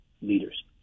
leaders